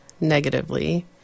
negatively